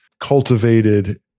cultivated